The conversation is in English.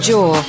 Jaw